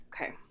Okay